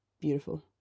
beautiful